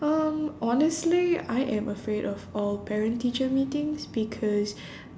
um honestly I am afraid of all parent teacher meetings because